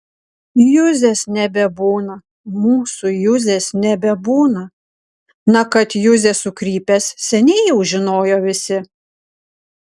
juzės nebebūna mūsų juzės nebebūna na kad juzė sukrypęs seniai jau žinojo visi